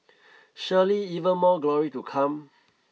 surely even more glory to come